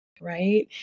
Right